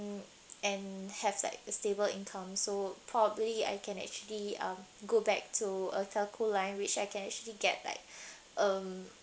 and have like a stable income so probably I can actually um go back to a telco line which I can actually get like a